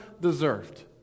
deserved